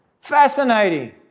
Fascinating